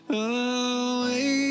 away